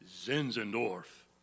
Zinzendorf